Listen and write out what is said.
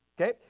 Okay